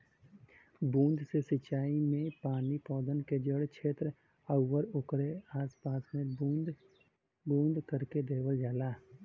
बूंद से सिंचाई में पानी पौधन के जड़ छेत्र आउर ओकरे आस पास में बूंद बूंद करके देवल जाला